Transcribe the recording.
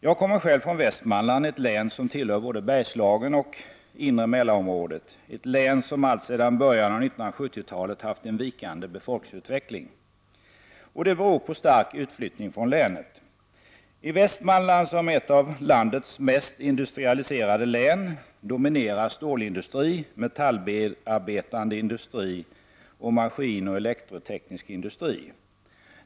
Jag kommer från Västmanland — ett län som tillhör både Bergslagen och inre Mälarområdet — ett län som alltsedan början av 1970-talet haft en vikande befolkningsutveckling. Det beror på en stark utflyttning från länet. I Västmanland, som är ett av landets mest industrialiserade län, dominerar stålindustri, metallbearbetande industri och maskinoch elektronteknisk industri.